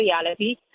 reality